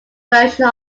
version